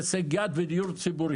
דיור בהישג יד ודיור ציבור.